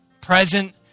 present